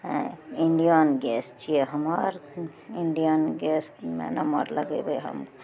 Indian gas छियै हमर Indian गैसमे नम्बर लगयबै हम